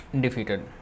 defeated